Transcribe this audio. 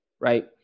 right